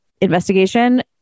investigation